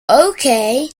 okay